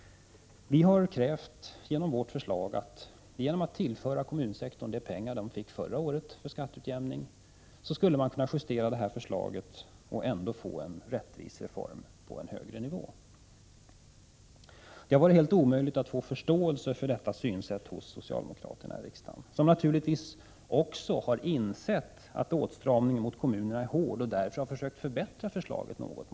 Vi säger att genom att tillföra kommunsektorn de pengar som kommunerna fick förra året för skatteutjämning skulle man kunna justera det här förslaget, och ändå skulle man få en rättvis reform på en högre nivå. Det har varit helt omöjligt att vinna förståelse för detta synsätt hos socialdemokraterna i riksdagen. De har naturligtvis också insett att åtstramningen när det gäller kommunerna är hård, och därför har man försökt att förbättra förslaget något.